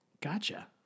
gotcha